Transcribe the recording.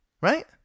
Right